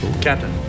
Captain